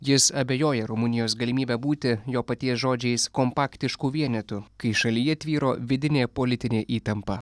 jis abejoja rumunijos galimybe būti jo paties žodžiais kompaktišku vienetu kai šalyje tvyro vidinė politinė įtampa